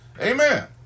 Amen